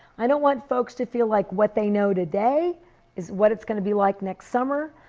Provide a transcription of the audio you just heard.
i don't want folks to feel like what they know today is what it's going to be like next summer.